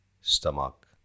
stomach